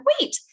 wait